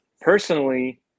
Personally